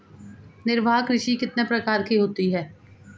निर्वाह कृषि कितने प्रकार की होती हैं?